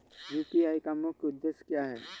UPI का मुख्य उद्देश्य क्या है?